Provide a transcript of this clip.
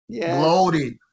bloated